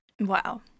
wow